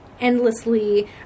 endlessly